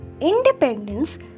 independence